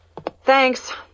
Thanks